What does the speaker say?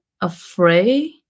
afraid